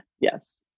yes